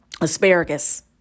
asparagus